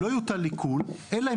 לא יוטל עיקול אלא אם